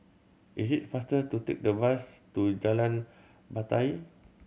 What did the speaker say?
it is faster to take the bus to Jalan Batai